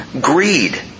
greed